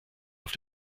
auf